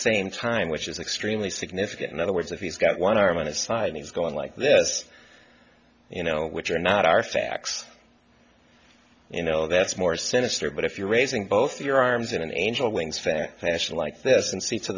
same time which is extremely significant in other words if he's got one arm on his side and he's going like this you know which are not are facts you know that's more sinister but if you're raising both of your arms in an angel wings fan passion like this and see to